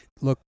look